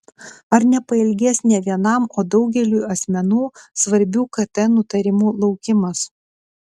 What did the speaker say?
ar nepailgės ne vienam o daugeliui asmenų svarbių kt nutarimų laukimas